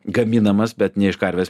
gaminamas bet ne iš karvės